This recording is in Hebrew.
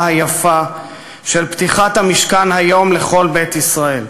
היפה של פתיחת המשכן היום לכל בית ישראל.